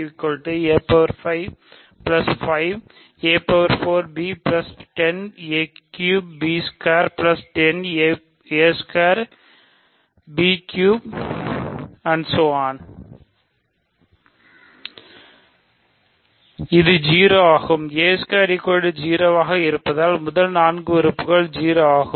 இது 0 ஆகும் 0 ஆக இருப்பதால் முதல் நான்கு உறுப்புக்கள் 0 ஆகும்